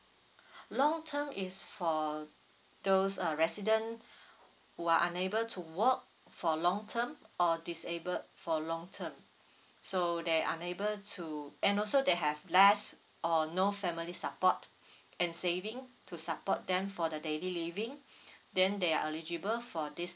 long term is for those uh resident who are unable to work for long term or disabled for long term so they unable to and also they have less or no family support and saving to support them for the daily living then they are eligible for this